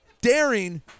daring